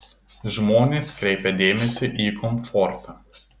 žmonės kreipia dėmesį į komfortą